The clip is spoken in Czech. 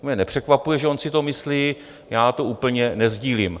To mě nepřekvapuje, že on si to myslí, já to úplně nesdílím.